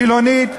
חילונית,